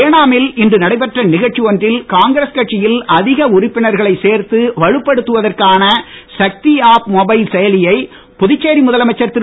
ஏனாமில் இன்று நடைபெற்ற நிகழ்ச்சி ஒன்றில் காங்கிரஸ் கட்சியில் அதிக உறுப்பினர்களை சேர்த்து வலுப்படுத்துவதற்கான சக்தி ஆப் மொபைல் செயலியை புதுச்சேரி முதலமைச்சர் திரு